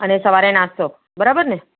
અને સવારે નાસ્તો બરાબર ને